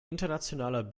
internationaler